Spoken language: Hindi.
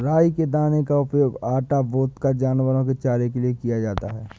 राई के दाने का उपयोग आटा, वोदका, जानवरों के चारे के लिए किया जाता है